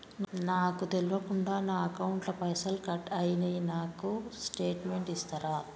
నాకు తెల్వకుండా నా అకౌంట్ ల పైసల్ కట్ అయినై నాకు స్టేటుమెంట్ ఇస్తరా?